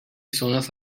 zonas